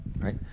right